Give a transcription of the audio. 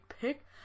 pick